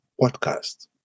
podcast